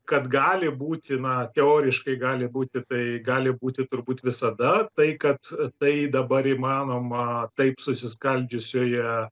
kad gali būti na teoriškai gali būti tai gali būti turbūt visada tai kad tai dabar įmanoma taip susiskaldžiusioje